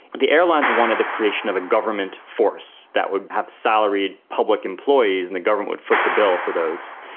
the airlines wanted the creation of a government force that would have salaried public employees and the government would foot the bill for those,